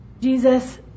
Jesus